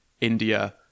india